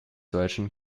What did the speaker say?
deutschen